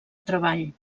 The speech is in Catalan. treball